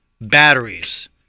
batteries